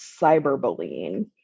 cyberbullying